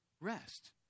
rest